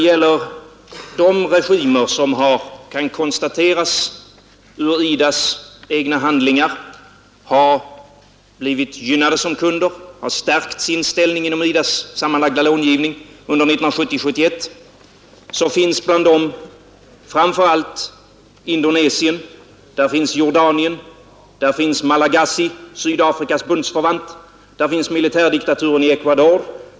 Bland de regimer som i IDA :s egna handlingar kan konstateras ha blivit gynnade som kunder — de har stärkt sin ställning inom IDA:s sammanlagda långivning under 1970/71 — finns framför allt Indonesien. Där finns Jordanien, där finns Malagasy, Sydafrikas bundsförvant. Där finns militärdiktaturen i Ecuador.